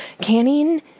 Canning